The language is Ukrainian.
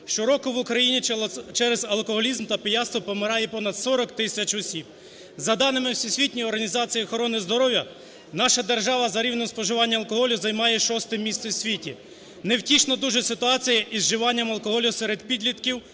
Щороку в Україні через алкоголізм та пияцтво помирає понад 40 тисяч осіб. За даними Всесвітньої організації охорони здоров'я наша держава за рівнем споживання алкоголю займає 6-е місце в світі. Невтішна дуже ситуація і з вживанням алкоголю серед підлітків,